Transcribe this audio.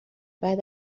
بعد